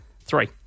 Three